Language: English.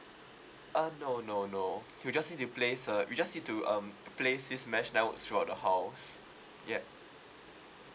uh no no no you just need to place uh you just need to uh place this mesh network throughout the halls yup